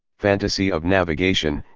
fantasy of navigation,